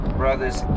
brothers